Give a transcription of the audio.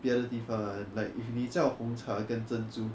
别的地方啊你叫红茶和珍珠